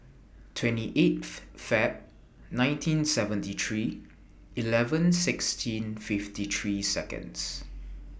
twenty eight Feb nineteen seventy three eleven sixteen fifty three Seconds